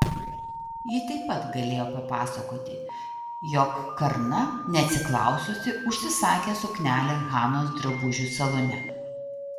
ji taip pat galėjo papasakoti jog karna neatsiklaususi užsisakė suknelę hanos drabužių salone